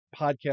podcast